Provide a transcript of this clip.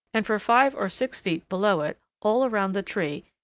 and for five or six feet below it, all around the tree,